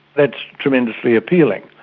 that's tremendously appealing.